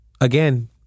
again